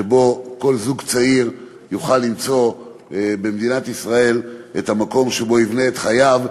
שכל זוג צעיר יוכל למצוא במדינת ישראל את המקום שבו הוא יבנה את חייו,